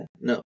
No